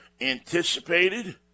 anticipated